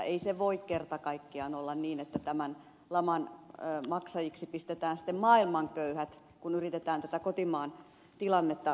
ei se voi kerta kaikkiaan olla niin että tämän laman maksajiksi pistetään sitten maailman köyhät kun yritetään tätä kotimaan tilannetta hoitaa